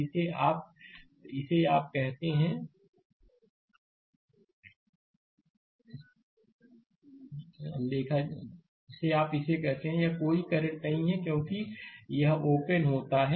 क्योंकि जिसे आप इसे कहते हैं यह कोई करंट नहीं है क्योंकि यह ओपन है